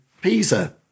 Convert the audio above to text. Pisa